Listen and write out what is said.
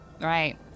right